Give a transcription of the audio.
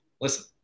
listen